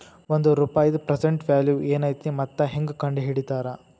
ಒಂದ ರೂಪಾಯಿದ್ present value ಏನೈತಿ ಮತ್ತ ಹೆಂಗ ಕಂಡಹಿಡಿತಾರಾ